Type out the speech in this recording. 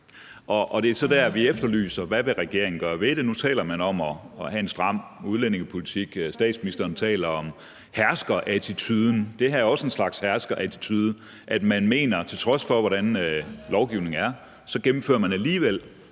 det er så der, vi efterlyser et svar på, hvad regeringen vil gøre ved det. Nu taler man om at have en stram udlændingepolitik, og statsministeren taler om herskerattituden. Det her er også en slags herskerattitude. Til trods for hvad lovgivningen er, gennemfører man alligevel